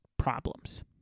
Problems